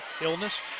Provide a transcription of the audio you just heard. Illness